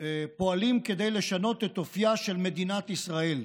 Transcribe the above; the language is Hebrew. פועלים כדי לשנות את אופייה של מדינת ישראל.